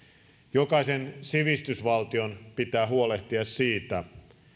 jokaisen sivistysvaltion pitää huolehtia siitä